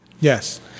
Yes